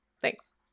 Thanks